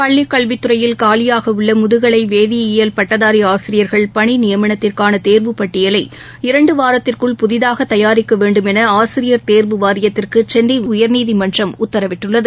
பள்ளிக் கல்வித் துறையில் காலியாக உள்ள முதுகலை வேதியியல் பட்டதாரி ஆசிரியர்கள் பணி நியமனத்திற்கான தேர்வுப் பட்டியலை இரண்டு வாரத்திற்குள் புதிதாக தயாரிக்க வேண்டும் என ஆசிரியர் தேர்வு வாரியத்திற்கு சென்னை உயர்நீதிமன்றம் உத்தரவிட்டுள்ளது